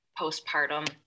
postpartum